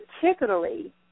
particularly